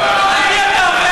שלך.